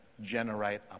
generate